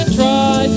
try